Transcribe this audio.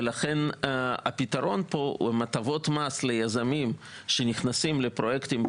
ולכן הפתרון פה הוא הטבות מס ליזמים שנכנסים לפרויקטים של